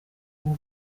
ubu